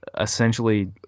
essentially